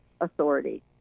authority